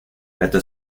gato